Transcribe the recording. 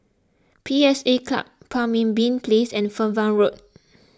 P S A Club Pemimpin Place and Fernvale Road